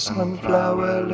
Sunflower